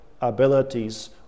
abilities